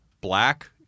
black